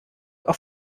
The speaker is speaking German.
auf